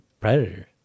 Predator